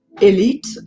elite